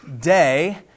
day